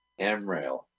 Amrail